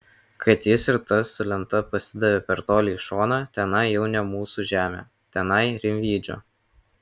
kad jis ir tas su lenta pasidavė per toli į šoną tenai jau ne mūsų žemė tenai rimydžio